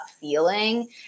feeling